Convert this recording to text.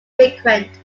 frequent